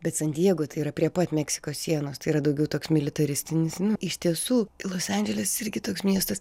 bet san diego tai yra prie pat meksikos sienos tai yra daugiau toks militaristinis nu iš tiesų los andželes irgi toks miestas